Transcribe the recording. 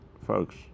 Folks